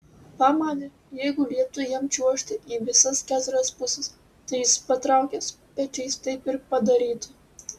pamanė jeigu lieptų jam čiuožti į visas keturias puses tai jis patraukęs pečiais taip ir padarytų